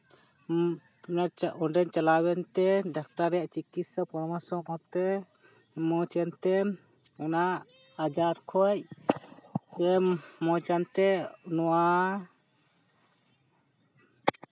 ᱚᱸᱰᱮᱧ ᱪᱟᱞᱟᱣᱮᱱ ᱛᱮ ᱰᱟᱠᱛᱟᱨ ᱨᱮᱭᱟᱜ ᱪᱤᱠᱤᱛᱥᱟ ᱯᱚᱨᱟᱢᱚᱨᱥᱚ ᱢᱚᱛ ᱛᱮ ᱢᱚᱡᱽ ᱮᱱ ᱛᱮᱢ ᱚᱱᱟ ᱟᱡᱟᱨ ᱠᱷᱚᱱ ᱮᱢ ᱢᱚᱡᱽ ᱮᱱᱛᱮ ᱱᱚᱣᱟ